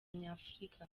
nyafurika